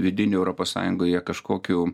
vidinių europos sąjungoje kažkokių